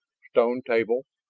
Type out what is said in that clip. stone table,